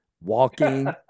Walking